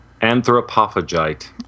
Anthropophagite